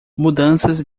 mudanças